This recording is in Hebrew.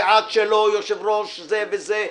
ועד שלא יושב-ראש זה וזה,